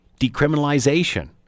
decriminalization